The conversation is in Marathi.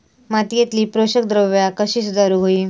मातीयेतली पोषकद्रव्या कशी सुधारुक होई?